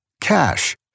Cash